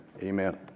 Amen